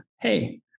hey